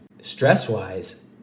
Stress-wise